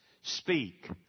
Speak